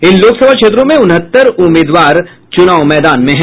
इन लोकसभा क्षेत्रों में उनहत्तर उम्मीदवार चुनावी मैदान में हैं